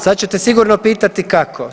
Sad ćete sigurno pitati kako.